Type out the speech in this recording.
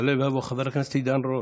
יעלה חבר הכנסת עידן רול.